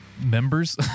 members